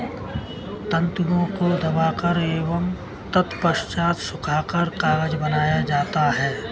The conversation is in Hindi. तन्तुओं को दबाकर एवं तत्पश्चात सुखाकर कागज बनाया जाता है